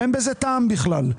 ואין בזה טעם בכלל.